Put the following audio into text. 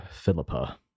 Philippa